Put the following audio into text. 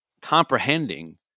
comprehending